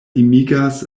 limigas